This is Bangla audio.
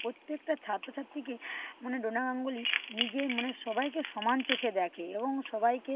প্রত্যেকটা ছাত্র ছাত্রীকেই মানে ডোনা গাঙ্গুলী নিজের মানে সবাইকে সমান চোখে দেখে এবং সবাইকে